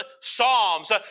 psalms